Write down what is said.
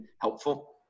helpful